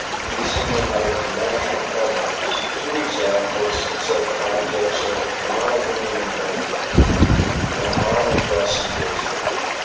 leasing them out to national covenants to examples of such projects are the toronto-dominion bank and pharma plus and bridge bridge